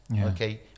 Okay